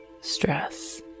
stress